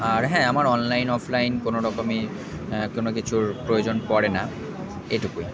আর হ্যাঁ আমার online offline কোনো রকমই কোনো কিছুর প্রয়োজন পড়ে না এটুকুই